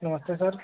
नमस्ते सर